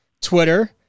Twitter